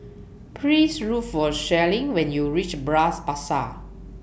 Please Look For Sherlyn when YOU REACH Bras Basah